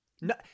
No